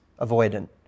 avoidant